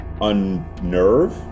unnerve